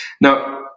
Now